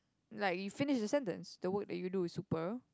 like you finish the sentence the work that you do is super